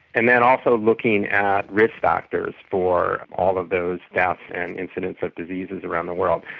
and then also looking at risk factors for all of those deaths and incidence of diseases around the world.